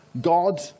God